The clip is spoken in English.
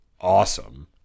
awesome